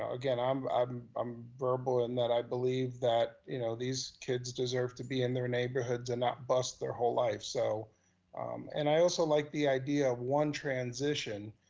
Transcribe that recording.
again, i'm i'm verbal in that i believe that you know these kids deserve to be in their neighborhoods and not bust their whole lives. so and i also like the idea of one transition.